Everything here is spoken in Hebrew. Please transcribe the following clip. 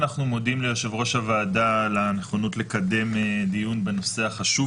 אנחנו מודים ליושב-ראש הוועדה על הנכונות לקדם דיון בנושא החשוב